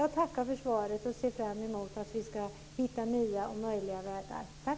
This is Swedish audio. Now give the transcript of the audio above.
Jag tackar för svaret och ser fram emot att vi ska hitta nya möjliga vägar.